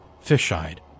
fish-eyed